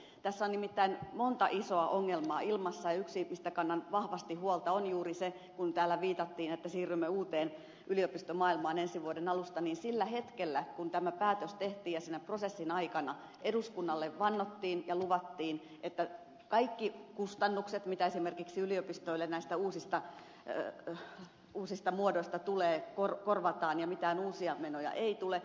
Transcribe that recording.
tässä on nimittäin monta isoa ongelmaa ilmassa ja yksi mistä kannan vahvasti huolta on juuri se että kun täällä viitattiin että siirrymme uuteen yliopistomaailmaan ensi vuoden alusta niin sillä hetkellä kun tämä päätös tehtiin ja sinä prosessin aikana eduskunnalle vannottiin ja luvattiin että kaikki kustannukset mitä esimerkiksi yliopistoille näistä uusista muodoista tulee korvataan ja mitään uusia menoja ei tule